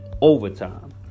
overtime